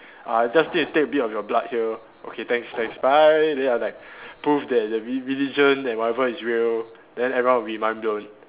I just need to take a bit of your blood here okay thanks thanks bye then I like prove that re~ religion and whatever is real then everyone will be mind blown